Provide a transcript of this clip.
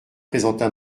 présenta